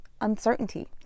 uncertainty